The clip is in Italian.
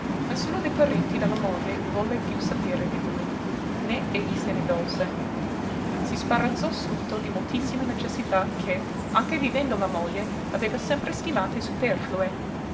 d'affitto nessuno dei parenti della moglie volle piú sapere di lui né egli se ne dolse si sbarazzò subito di moltissime necessità che anche vivendo la moglie aveva sempre stimate superflue